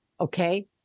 okay